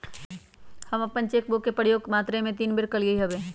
हम अप्पन cheque book के प्रयोग मातरे तीने बेर कलियइ हबे